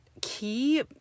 key